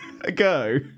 ago